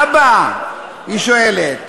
אבא, היא שואלת,